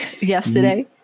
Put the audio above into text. yesterday